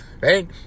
right